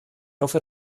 hoffe